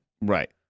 right